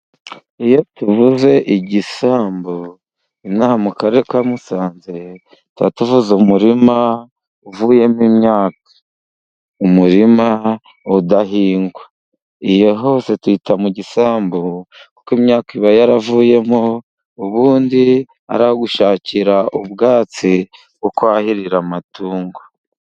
Iyo tuvuze igisambu ino aha mu karere ka Musanze tuba tuvuze umurima uvuyemo imyaka, umurima udahingwa. Iyo hose tuhita mu gisambu kuko imyaka iba yaravuyemo, ubundi ari aho gushakira ubwatsi bwo kwahirira amatungo.